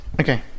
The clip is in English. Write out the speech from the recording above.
Okay